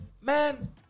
Man